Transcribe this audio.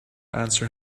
answer